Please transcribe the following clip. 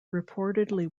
reportedly